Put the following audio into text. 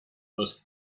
los